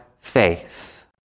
faith